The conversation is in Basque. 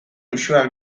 uxueren